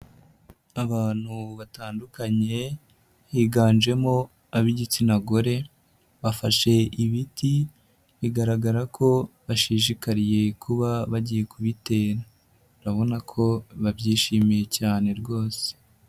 Abantu batandukanye higanjemo ab'igitsina gore, bafashe ibiti bigaragara ko bashishikariye kuba bagiye kubitera. Urabona ko babyishimiye cyane rwose.